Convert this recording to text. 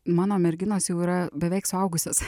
mano merginos jau yra beveik suaugusios